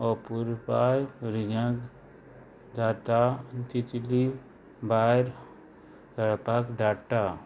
अपूरपाय भुरग्यांक जाता तितली भायर खेळपाक धाडटा